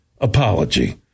apology